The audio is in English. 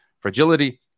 fragility